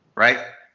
right?